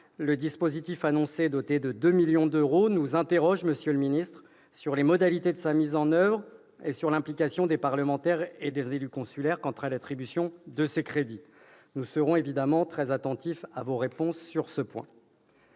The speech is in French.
soulève quelques interrogations. Nous nous interrogeons, monsieur le ministre, sur les modalités de sa mise en oeuvre et sur l'implication des parlementaires et des élus consulaires quant à l'attribution de ces crédits. Nous serons évidemment très attentifs à vos réponses sur ce point.